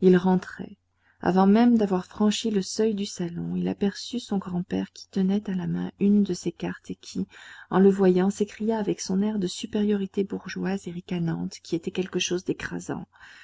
il rentrait avant même d'avoir franchi le seuil du salon il aperçut son grand-père qui tenait à la main une de ses cartes et qui en le voyant s'écria avec son air de supériorité bourgeoise et ricanante qui était quelque chose d'écrasant